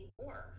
more